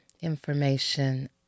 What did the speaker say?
information